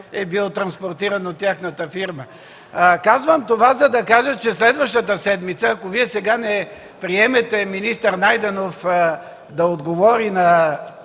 е бил транспортиран от тяхната фирма. Съобщавам това, за да кажа, че следващата седмица, ако Вие сега не приемете министър Найденов да отговори на